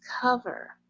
cover